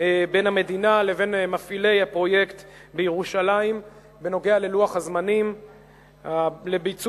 בין המדינה לבין מפעילי הפרויקט בירושלים בנוגע ללוח הזמנים לביצוע,